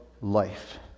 life